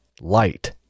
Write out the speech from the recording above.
light